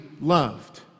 loved